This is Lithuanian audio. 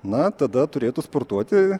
na tada turėtų sportuoti